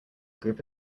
group